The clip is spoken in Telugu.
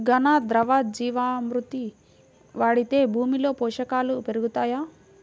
ఘన, ద్రవ జీవా మృతి వాడితే భూమిలో పోషకాలు పెరుగుతాయా?